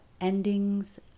endings